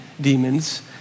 demons